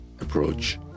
approach